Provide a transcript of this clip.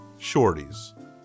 Shorties